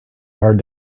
hard